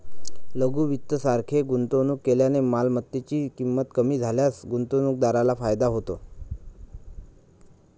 लघु वित्त सारखे गुंतवणूक केल्याने मालमत्तेची ची किंमत कमी झाल्यास गुंतवणूकदाराला फायदा होतो